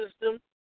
system